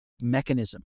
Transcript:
mechanism